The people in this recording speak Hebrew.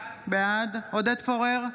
בעד עודד פורר,